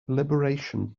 liberation